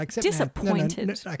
Disappointed